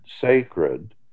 sacred